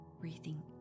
breathing